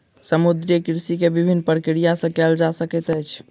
समुद्रीय कृषि के विभिन्न प्रक्रिया सॅ कयल जा सकैत छै